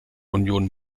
union